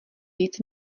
víc